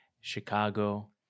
Chicago